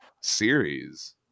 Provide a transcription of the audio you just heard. series